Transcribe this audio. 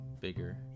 bigger